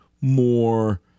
More